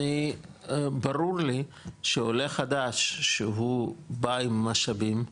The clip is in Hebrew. ברור לי שעולה חדש שהוא בא עם משאבים,